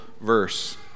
verse